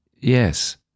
Yes